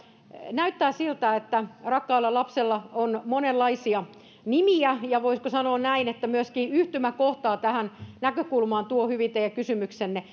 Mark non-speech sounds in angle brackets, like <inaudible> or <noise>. näyttää siltä että rakkaalla lapsella on monenlaisia nimiä ja voisiko sanoa näin että myöskin yhtymäkohtaa tähän näkökulmaan tuo hyvin teidän kysymyksenne <unintelligible>